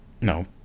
No